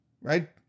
right